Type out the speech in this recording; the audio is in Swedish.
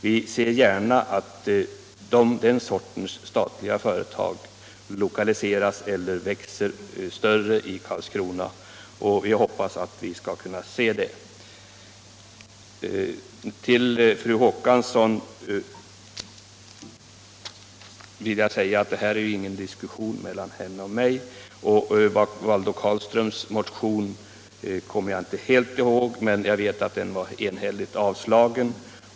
Vi ser gärna att den senare sortens statliga företag lokaliseras till Karlskrona eller växer sig större där, och vi hoppas att vi skall få se det. Till fru Håkansson vill jag säga att det här ju inte är någon diskussion mellan henne och mig. Valdo Carlströms motion kommer jag inte helt ihåg, men jag vet att den enhälligt avstyrktes.